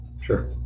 Sure